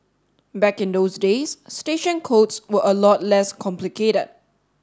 back in those days station codes were a lot less complicated